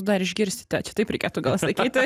dar išgirsite čia taip reikėtų gal sakyti